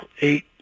eight